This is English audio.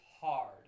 hard